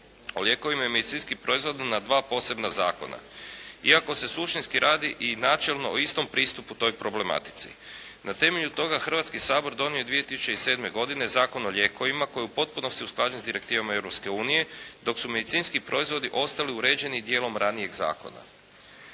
lijekovima i medicinskih proizvoda na dva posebna zakona. Iako se suštinski radi i načelno o istom pristupu toj problematici. Na temelju toga Hrvatski sabor donio je 2007. godine Zakon o lijekovima koji je u potpunosti usklađen sa direktivama Europske unije, dok su medicinski proizvodi ostali uređeni dijelom ranijeg zakona.